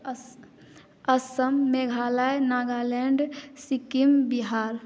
Assam Meghalaya Nagaland Sikkim Bihar